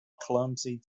clumsy